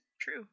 true